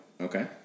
Okay